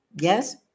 Yes